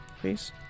please